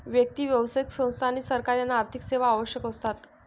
व्यक्ती, व्यावसायिक संस्था आणि सरकार यांना आर्थिक सेवा आवश्यक असतात